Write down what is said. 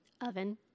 oven